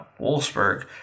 Wolfsburg